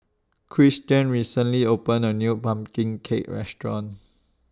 Christian recently opened A New Pumpkin Cake Restaurant